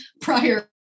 prior